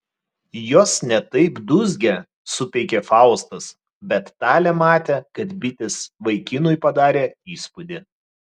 jos ne taip dūzgia supeikė faustas bet talė matė kad bitės vaikinui padarė įspūdį